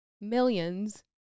millions